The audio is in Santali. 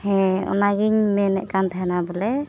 ᱦᱮᱸ ᱚᱱᱟᱜᱮᱧ ᱢᱮᱱᱮᱫ ᱠᱟᱱᱛᱟᱦᱮᱱᱟ ᱵᱚᱞᱮ